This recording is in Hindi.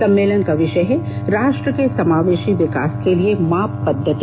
सम्मेलन का विषय है राष्ट्र के समावेशी विकास के लिए माप पद्वति